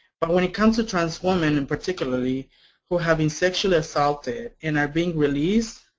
but when it comes to trans women and particularly who have been sexually assaulted and are being released,